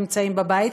נמצאים בבית.